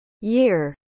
year